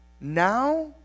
Now